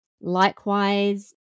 Likewise